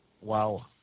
Wow